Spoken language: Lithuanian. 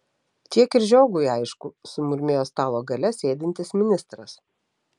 tiek ir žiogui aišku sumurmėjo stalo gale sėdintis ministras